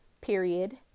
period